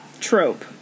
trope